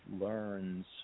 learns